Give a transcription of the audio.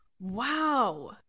Wow